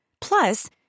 Plus